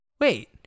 wait